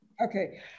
Okay